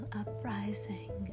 uprising